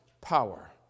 power